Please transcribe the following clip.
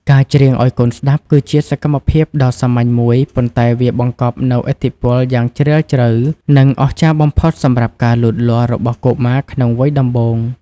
ការច្រៀងឱ្យកូនស្តាប់ គឺជាសកម្មភាពដ៏សាមញ្ញមួយ ប៉ុន្តែវាបង្កប់នូវឥទ្ធិពលយ៉ាងជ្រាលជ្រៅ និងអស្ចារ្យបំផុតសម្រាប់ការលូតលាស់របស់កុមារក្នុងវ័យដំបូង។